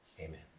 amen